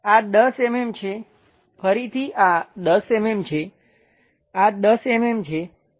આ 10 mm છે ફરીથી આ 10 mm છે આ 10 mm છે અને આ 30 mm હશે